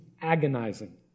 agonizing